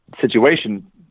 situation